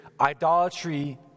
Idolatry